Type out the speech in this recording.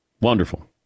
Wonderful